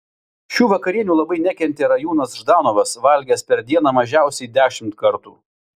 šių vakarienių labai nekentė rajūnas ždanovas valgęs per dieną mažiausiai dešimt kartų